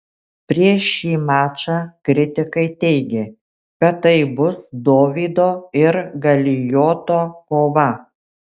prieš šį mačą kritikai teigė kad tai bus dovydo ir galijoto kova